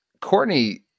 Courtney